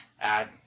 add –